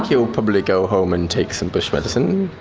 he will probably go home and take some bush medicine.